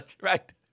Right